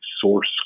source